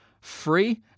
free